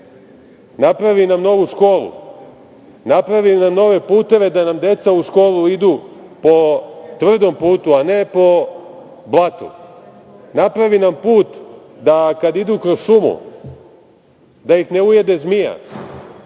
napravi nam novu školu, napravi nam nove puteve da nam deca u školu idu po tvrdom putu, a ne po blatu, napravi nam put da kad idu kroz šumu, da ih ne ujede zmija,